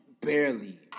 barely